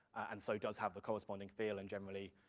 and so does have the corresponding feel and generally,